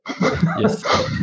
Yes